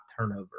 turnover